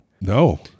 No